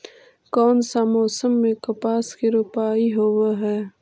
कोन सा मोसम मे कपास के रोपाई होबहय?